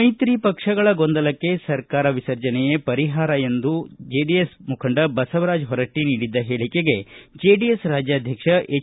ಮೈತ್ರಿ ಪಕ್ಷಗಳ ಗೊಂದಲಕ್ಷೆ ಸರ್ಕಾರ ವಿಸರ್ಜನೆಯೇ ಪರಿಹಾರ ಎಂದು ಜೆಡಿಎಸ್ ಮುಖಂಡ ಬಸವರಾಜ ಹೊರಟ್ಟ ನೀಡಿದ್ದ ಹೇಳಿಕೆಗೆ ಜೆಡಿಎಸ್ ರಾಜ್ಯಾಧ್ಯಕ್ಷ ಹೆಚ್